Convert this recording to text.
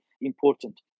important